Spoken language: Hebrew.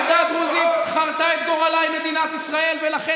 העדה הדרוזית קשרה את גורלה עם מדינת ישראל ולכן